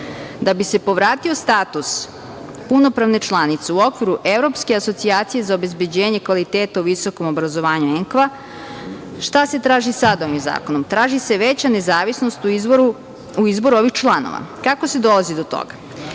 bi se povratio status punopravne članice u okviru Evropske asocijacije za obezbeđenje kvaliteta u visokom obrazovanju ENKVA, šta se traži sada ovim zakonom? Traži se veća nezavisnost u izboru ovih članova. Kako se dolazi do toga?